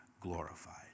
glorified